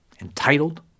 entitled